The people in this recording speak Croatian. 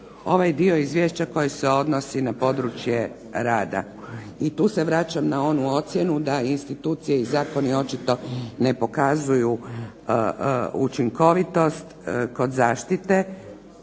ovaj dio Izvješća koji se odnosi na područje rada i tu se vraćam na onu ocjenu da institucije i zakoni očito ne pokazuju učinkovitost kod zaštite